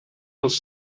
als